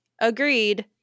Agreed